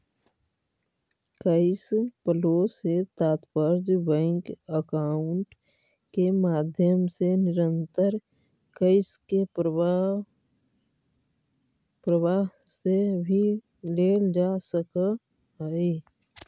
cash flow से तात्पर्य bank account के माध्यम से निरंतर कैश के प्रवाह से भी लेल जा सकऽ हई